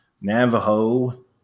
Navajo